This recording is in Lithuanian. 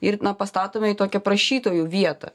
ir pastatome į tokią prašytojų vietą